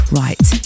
right